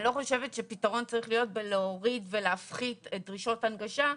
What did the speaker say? אני לא חושבת שפתרון צריך להיות בלהוריד ולהפחית את דרישות ההנגשה,